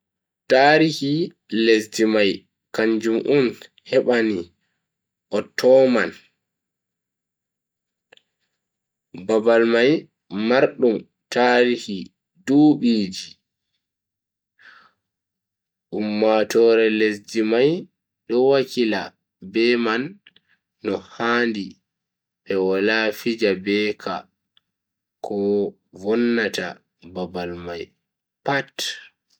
Tarihi lesdi mai kanjum on hebani ottoman. babal mai mardum tarihi dubiji. ummatoore lesdi mai do hakkila be man no handi be wala fija be ka ko vonnata babal mai pat.